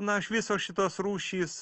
na iš viso šitos rūšys